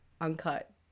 uncut